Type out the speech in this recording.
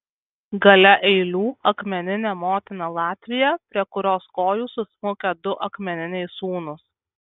gale eilių akmeninė motina latvija prie kurios kojų susmukę du akmeniniai sūnūs